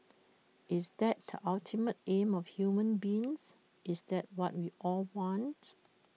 is that the ultimate aim of human beings is that what we all want